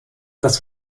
das